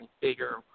bigger